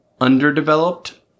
underdeveloped